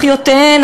אחיותיהן,